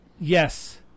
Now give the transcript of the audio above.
Yes